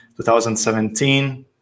2017